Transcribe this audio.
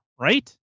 right